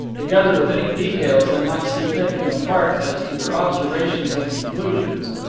together with any details they might see fit to impart as to their observations and conclusions.